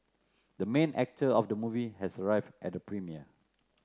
the main actor of the movie has arrived at the premiere